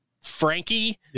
Frankie